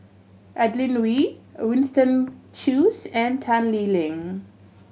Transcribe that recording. Adeline Ooi Winston Choos and Tan Lee Leng